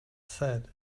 said